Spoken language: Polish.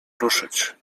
ruszyć